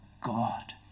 God